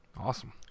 Awesome